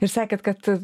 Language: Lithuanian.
ir sakėt kad